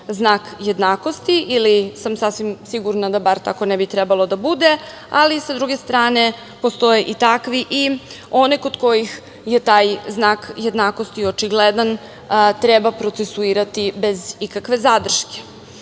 znak jednakosti, ili sam sasvim sigurna da bar tako ne bi trebalo da bude, ali, sa druge strane, postoje i takvi i one kod kojih je taj znak jednakosti očigledan treba procesuirati bez ikakve zadrške.